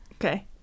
okay